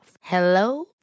Hello